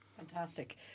Fantastic